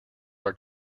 are